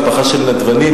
משפחה של נדבנים,